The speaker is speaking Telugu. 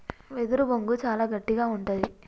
వెదురు బొంగు చాలా గట్టిగా ఉంటది